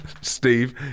Steve